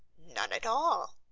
none at all.